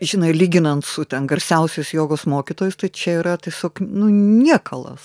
žinai lyginant su ten garsiausius jogos mokytojais tai čia yra tiesiog nu niekalas